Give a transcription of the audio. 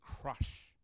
crush